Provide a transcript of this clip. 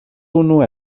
unu